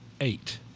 Eight